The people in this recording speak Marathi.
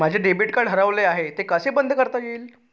माझे डेबिट कार्ड हरवले आहे ते कसे बंद करता येईल?